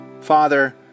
Father